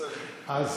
כי לא אמרתי את זה,